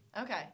Okay